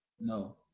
No